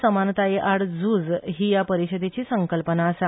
असमानतायेआड झूज ही ह्या परीषदेची संकल्पना आसा